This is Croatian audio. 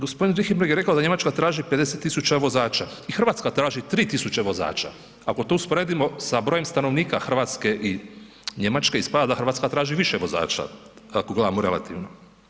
Gospodin Richembergh je rekao da Njemačka traži 50.000 vozača i Hrvatska traži 3.000 vozača, ako to usporedimo sa brojem stanovnika Hrvatske i Njemačke ispada da Hrvatska traži više vozača, ako gledamo relativno.